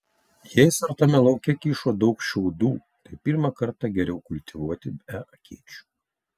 jei suartame lauke kyšo daug šiaudų tai pirmą kartą geriau kultivuoti be akėčių